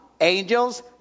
angels